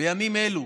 בימים אלו: